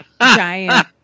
giant